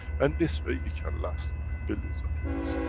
and this way you can last billions of years.